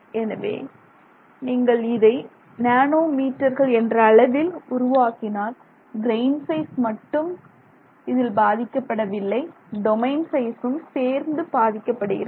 எனவே நீங்கள் இதை நேனோ மீட்டர்கள் என்ற அளவில் உருவாக்கினால் கிரெய்ன் சைஸ் மட்டும் இதில் பாதிக்கப்படவில்லை டொமைன் சைசும் சேர்ந்து பாதிக்கப்படுகிறது